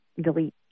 delete